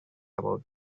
about